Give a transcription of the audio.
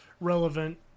relevant